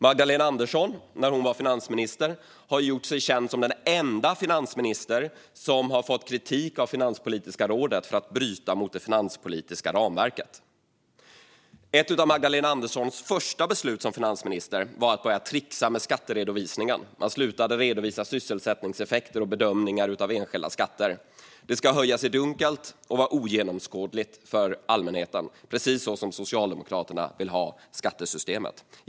Magdalena Andersson har som enda finansminister gjort sig känd för att ha fått kritik av Finanspolitiska rådet för att bryta mot det finanspolitiska ramverket. Ett av Magdalena Anderssons första beslut som finansminister var att börja trixa med skatteredovisningen. Man slutade att redovisa sysselsättningseffekter och bedömningar av enskilda skatter. Det ska höljas i dunkel och vara ogenomskådligt för allmänheten, precis så som Socialdemokraterna vill ha skattesystemet.